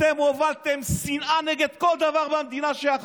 אתם הובלתם שנאה במדינה נגד כל דבר שיכולתם,